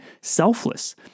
selfless